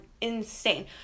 insane